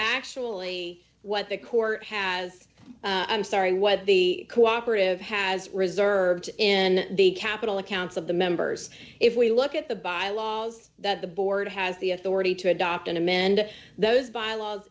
actually what the court has i'm sorry what the cooperative has reserved in the capital accounts of the members if we look at the by laws that the board has the authority to adopt and amend those bylaws